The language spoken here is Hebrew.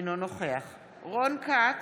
אינו נוכח רון כץ,